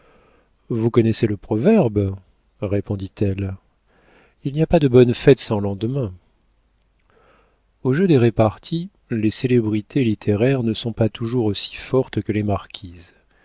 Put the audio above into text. vous connaissez le proverbe répondit-elle il n'y a pas de bonne fête sans lendemain au jeu des reparties les célébrités littéraires ne sont pas toujours aussi fortes que les marquises